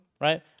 right